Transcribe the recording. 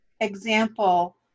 example